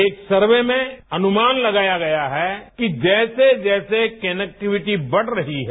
एक सर्वे में अनुमान लगाया गया है कि जैसे जैसे कनेक्टिविटी बढ़ रही है